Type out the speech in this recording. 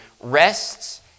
rests